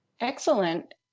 Excellent